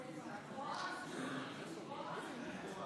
ההסתייגות נדחתה.